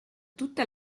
tutta